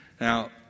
Now